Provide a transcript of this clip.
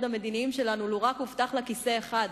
המדיניים שלנו לו רק הובטח לה כיסא אחד,